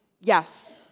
yes